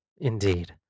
Indeed